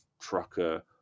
trucker